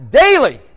daily